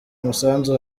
umusanzu